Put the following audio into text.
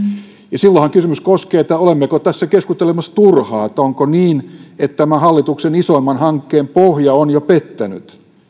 silloinhan kysymys koskee sitä olemmeko tässä keskustelemassa turhaan ja sitä onko niin että tämä hallituksen isoimman hankkeen pohja on jo pettänyt